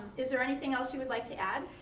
is there anything else you would like to add?